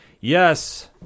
Yes